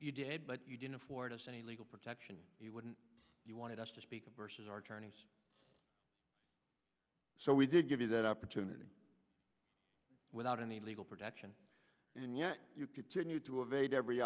you did but you didn't afford us any legal protection he wouldn't you wanted us to speak versus our journeys so we did give you that opportunity without any legal protection and yet you continue to evade every